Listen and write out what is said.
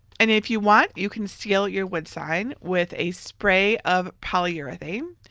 and if you want you can seal your wood sign with a spray of polyurethane.